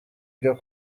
byo